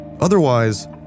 Otherwise